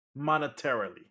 monetarily